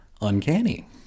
Uncanny